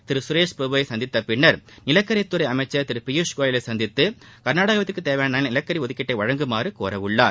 திரு சுரேஷ் பிரபுவை சந்தித்த பின்னா் நிலக்கரித் துறை அமைச்சா் திரு பியூஷ் கோயலை சந்தித்து கர்நாடகாவிற்குத் தேவையான நிலக்கரி ஒதுக்கீட்டை வழங்குமாறு கோர உள்ளார்